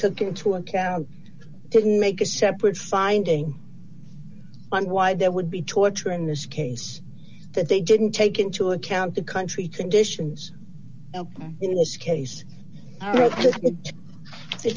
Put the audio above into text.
took into account didn't make a separate finding on why there would be torture in this case that they didn't take into account the country conditions in this case